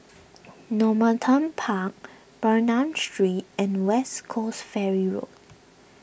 Normanton Park Bernam Street and West Coast Ferry Road